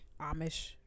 Amish